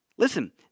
Listen